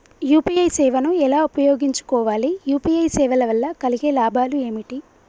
UPI సేవను ఎలా ఉపయోగించు కోవాలి? యూ.పీ.ఐ సేవల వల్ల కలిగే లాభాలు ఏమిటి?